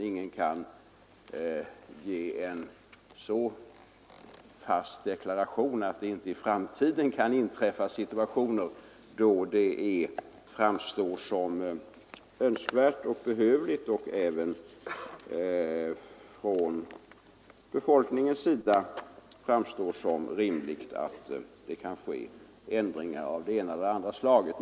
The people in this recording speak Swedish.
Ingen kan nu avge en så fast deklaration att det inte i framtiden kan uppkomma situationer då det framstår som önskvärt och behövligt — och med hänsyn till befolkningen rimligt — att göra ändringar av det ena eller andra slaget.